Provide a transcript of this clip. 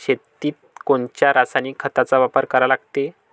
शेतीत कोनच्या रासायनिक खताचा वापर करा लागते?